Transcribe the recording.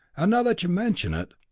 and now that you mention it,